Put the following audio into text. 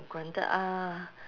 granted uh